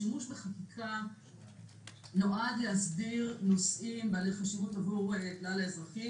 השימוש בחקיקה נועד להסדיר נושאים בעלי חשיבות עבור כלל האזרחים,